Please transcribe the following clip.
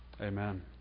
Amen